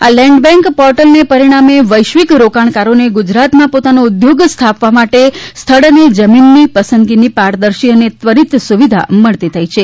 આ land bank પોર્ટલને પરિણામે વૈશ્વિક રોકાણકારોને ગુજરાતમાં પોતાનો ઉદ્યોગ સ્થાપવા માટે સ્થળ અને જમીન પસંદગીની પારદર્શી અને ત્વરિત સુવિધા મળતી થઈ છે